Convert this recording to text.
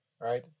right